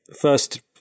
first